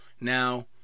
now